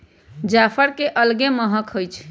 जाफर के अलगे महकइ छइ